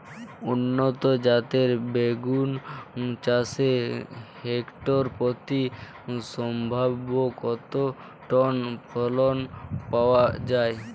উন্নত জাতের বেগুন চাষে হেক্টর প্রতি সম্ভাব্য কত টন ফলন পাওয়া যায়?